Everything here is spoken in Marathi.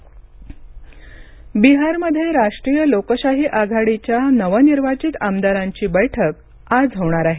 बिहार एनडीए बैठक बिहारमध्ये राष्ट्रीय लोकशाही आघाडीच्या नवनिर्वाचित आमदारांची बैठक आज होणार आहे